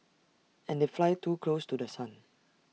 and they fly too close to The Sun